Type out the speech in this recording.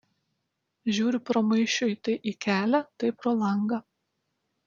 žiūriu pramaišiui tai į kelią tai pro langą